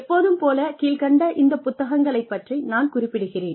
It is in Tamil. எப்போதும் போலக் கீழ்க்கண்ட இந்த புத்தகங்களைப் பற்றி நான் குறிப்பிடுகிறேன்